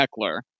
Eckler